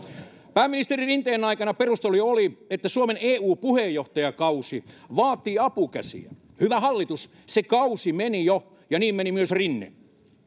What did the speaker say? pääministeri rinteen aikana perusteluna oli että suomen eu puheenjohtajakausi vaatii apukäsiä hyvä hallitus se kausi meni jo ja niin meni myös rinne